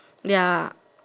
ya